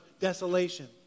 desolation